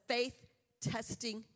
faith-testing